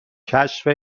کشف